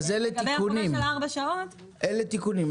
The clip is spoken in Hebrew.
לגבי החובה של ארבע שעות --- אלה תיקונים,